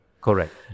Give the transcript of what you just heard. Correct